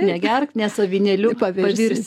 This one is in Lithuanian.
negerk nes avinėliu pavirsi